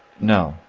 no,